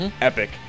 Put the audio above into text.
Epic